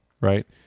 right